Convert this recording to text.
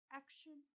action